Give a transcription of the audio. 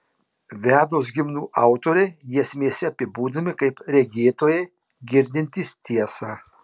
vedos himnų autoriai giesmėse apibūdinami kaip regėtojai girdintys tiesą